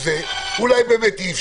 אולי באמת אי אפשר,